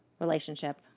relationship